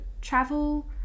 travel